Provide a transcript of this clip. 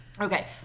Okay